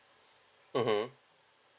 mmhmm